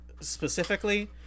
specifically